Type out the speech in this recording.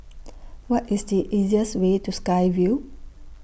What IS The easiest Way to Sky Vue